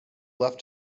left